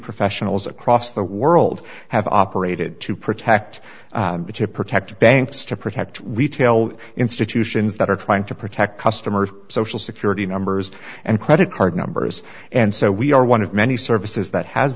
professionals across the world have operated to protect to protect banks to protect retail institutions that are trying to protect customers social security numbers and credit card numbers and so we are one of many services that has